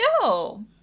No